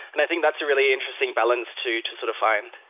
and i think that's a really interesting balance too to sort of find.